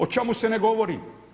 O čemu se ne govori?